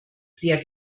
sehr